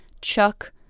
Chuck